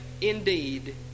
indeed